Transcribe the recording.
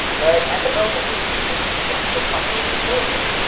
but at the moment when ethan is expected to finally kill her.